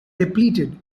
depleted